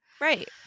right